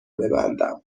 ببندم